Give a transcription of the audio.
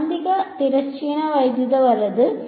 കാന്തിക തിരശ്ചീന വൈദ്യുത വലത്